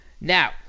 Now